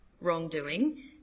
wrongdoing